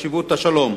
לסדר-היום.